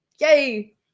Yay